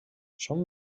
són